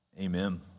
Amen